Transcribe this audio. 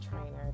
trainer